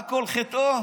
מה כל חטאו?